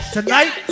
Tonight